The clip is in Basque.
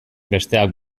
besteak